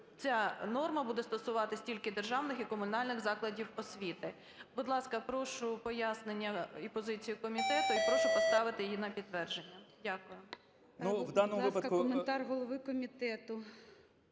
ця норма буде стосуватись тільки державних і комунальних закладів освіти. Будь ласка, прошу пояснення і позицію комітету. І прошу поставити її на підтвердження. Дякую.